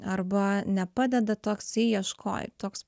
arba nepadeda toksai ieško toks